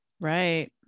Right